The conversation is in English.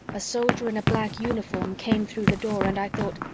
a soldier in a black uniform came through the door and i thought,